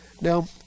Now